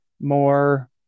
more